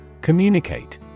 Communicate